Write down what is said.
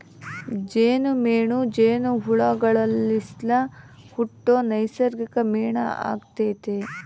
ಜೇನುಮೇಣ ಜೇನುಹುಳುಗುಳ್ಲಾಸಿ ಹುಟ್ಟೋ ನೈಸರ್ಗಿಕ ಮೇಣ ಆಗೆತೆ